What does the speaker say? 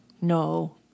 No